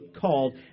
called